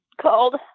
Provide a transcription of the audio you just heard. called